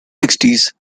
sixties